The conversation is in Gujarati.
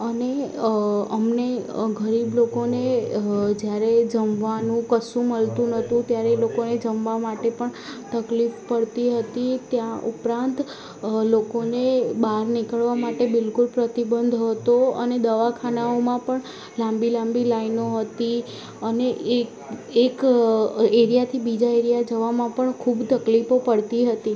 અને અમને ગરીબ લોકોને જ્યારે જમવાનું કશું મળતું નહોતું ત્યારે લોકોને જમવા માટે પણ તકલીફ પડતી હતી ત્યાં ઉપરાંત લોકોને બહાર નીકળવા માટે બિલકુલ પ્રતિબંધ હતો અને દવાખાનાઓમાં પણ લાંબી લાંબી લાઈનો હતી અને એ એક એરિયાથી બીજા એરિયા જવા માટે પણ ખૂબ તકલીફો પડતી હતી